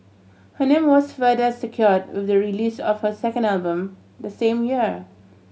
her name was further secured with the release of her second album the same year